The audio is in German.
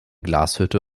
glashütte